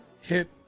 Hit